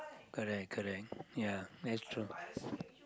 correct correct ya that's true